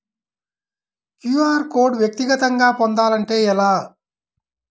QR code వ్యక్తిగతంగా పొందాలంటే ఎలా?